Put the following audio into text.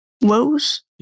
woes